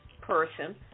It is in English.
person